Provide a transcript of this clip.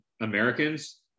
Americans